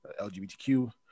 LGBTQ